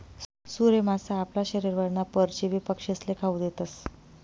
सूर्य मासा आपला शरीरवरना परजीवी पक्षीस्ले खावू देतस